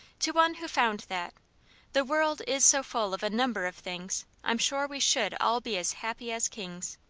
to one who found that the world is so full of a number of things, i'm sure we should all be as happy as kings.